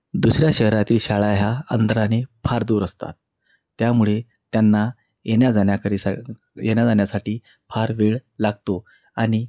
दुसऱ्या शहरातील शाळा ह्या अंतराने फार दूर असतात त्यामुळे त्यांना येण्याजाण्याकरिसा येण्याजाण्यासाठी फार वेळ लागतो आणि